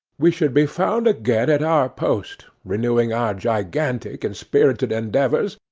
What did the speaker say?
we should be found again at our post, renewing our gigantic and spirited endeavours,